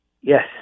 Yes